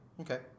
Okay